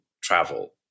travel